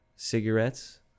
cigarettes